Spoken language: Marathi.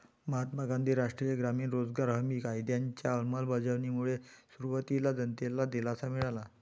महात्मा गांधी राष्ट्रीय ग्रामीण रोजगार हमी कायद्याच्या अंमलबजावणीमुळे सुरुवातीला जनतेला दिलासा मिळाला